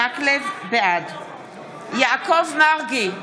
בעד יעקב מרגי,